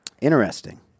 Interesting